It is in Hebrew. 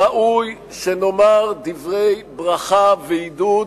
ראוי שנאמר דברי ברכה ועידוד